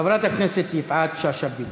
חברת הכנסת יפעת שאשא ביטון.